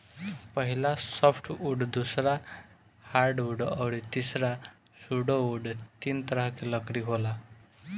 पहिला सॉफ्टवुड दूसरा हार्डवुड अउरी तीसरा सुडोवूड तीन तरह के लकड़ी होला